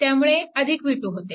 त्यामुळे हे v2 होते